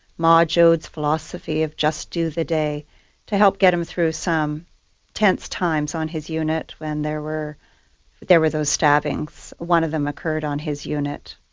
ma joad's philosophy of just do the day to get him through some tense times on his unit when there were there were those stabbings. one of them occurred on his unit.